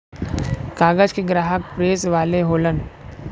कागज के ग्राहक प्रेस वाले होलन